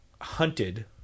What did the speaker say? hunted